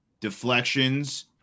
deflections